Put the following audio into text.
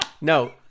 No